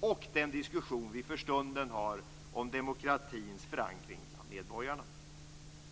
och den diskussion som vi för stunden har om demokratins förankring bland medborgarna.